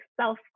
self